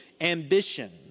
ambition